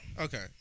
Okay